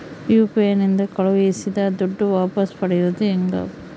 UPI ನಿಂದ ಕಳುಹಿಸಿದ ದುಡ್ಡು ವಾಪಸ್ ಪಡೆಯೋದು ಹೆಂಗ?